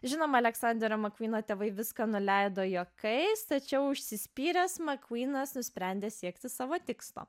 žinoma aleksanderio makvyno tėvai viską nuleido juokais tačiau užsispyręs makūnas nusprendė siekti savo tikslo